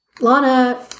Lana